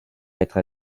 être